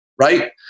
right